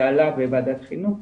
זה עלה בוועדת חינוך,